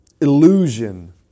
illusion